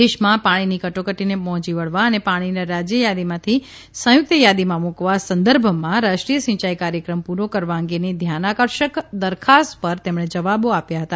દેશમાં પાણીની કટોકટીને પહોંચી વળવા અને પાણીને રાજયયાદીમાંથી સંયુક્ત યાદીમાં મૂકવા સંદર્ભમાં રાષ્રી ્ય સિંચાઇ કાર્યક્રમ પૂરો કરવા અંગેની ધ્યાનાકર્ષક દરખાસ્ત પર તેમણે જવાબો આપ્યા હતા